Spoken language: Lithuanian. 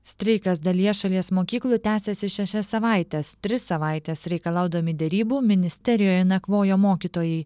streikas dalies šalies mokyklų tęsiasi šešias savaites tris savaites reikalaudami derybų ministerijoje nakvojo mokytojai